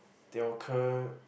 they occur